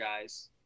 guys